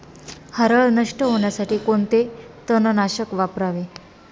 हरळ नष्ट होण्यासाठी कोणते तणनाशक वापरावे?